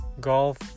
golf